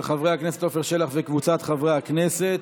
של חבר הכנסת עפר שלח וקבוצת חברי הכנסת.